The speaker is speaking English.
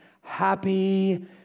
happy